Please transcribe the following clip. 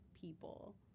people